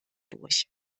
durch